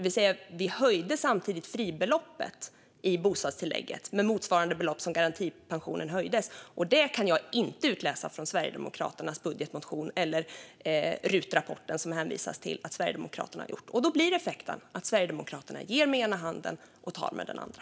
Vi höjde samtidigt fribeloppet i bostadstillägget med motsvarande belopp som garantipensionen höjdes. Det kan jag inte utläsa från Sverigedemokraternas budgetmotion eller RUT-rapporten som det hänvisas till och som Sverigedemokraterna har gjort. Då blir effekten att Sverigedemokraterna ger med ena handen och tar med den andra.